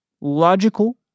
logical